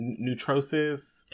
Neutrosis